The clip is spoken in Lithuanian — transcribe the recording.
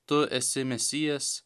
tu esi mesijas